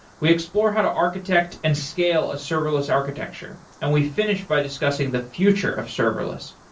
we explore how to architect and scale a serverless architecture, and we finish by discussing the future of serverless,